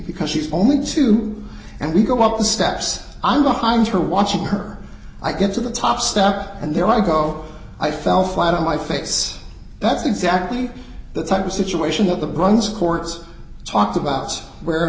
because she's only two and we go up the steps i'm behind her watching her i get to the top step and there i go i fell flat on my face that's exactly the type of situation that the guns courts talk about where